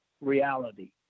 reality